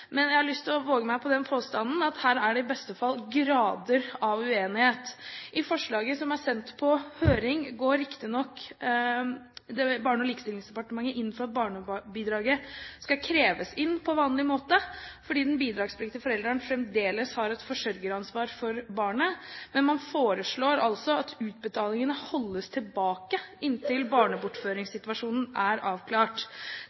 Men jeg har lyst til å våge meg på den påstand at her er det i beste fall grader av uenighet. I forslaget som er sendt på høring, går riktignok Barne- og likestillingsdepartementet inn for at barnebidraget skal kreves inn på vanlig måte fordi den bidragspliktige forelderen fremdeles har et forsørgeransvar for barnet. Men man foreslår altså at utbetalingene holdes tilbake inntil